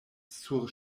sur